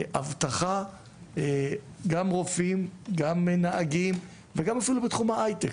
אבטחה, רופאים, נהגים ואפילו בתחום ההיי-טק.